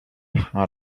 how